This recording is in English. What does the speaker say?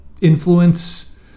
influence